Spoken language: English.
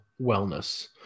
wellness